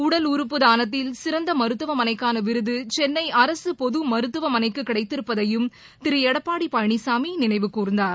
உடல் உறுப்பு தானத்தில் சிறந்தமருத்துவமனைக்கானவிருதுசென்னைஅரசுபொதுமருத்துவமனைக்குகிடைத்திருப்பதையும் திருளடப்பாடிபழனிசாமிநினைவு கூர்ந்தார்